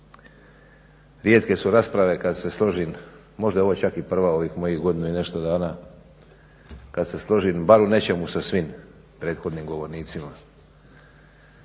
Rijetke su rasprave kada se složim, možda je ovo čak i prva u mojih godinu i nešto dana kada se složim barem u nečemu sa svim prethodnim govornicima.